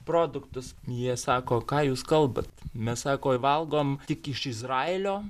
produktus jie sako ką jūs kalbat mes sako valgom tik iš izraelio